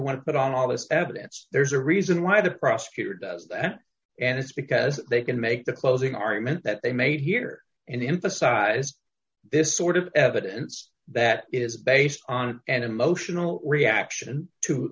want to put on all this evidence there's a reason why the prosecutor does that and it's because they can make the closing argument that they made here in emphasized this sort of evidence that is based on an emotional reaction to